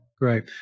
Great